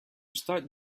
start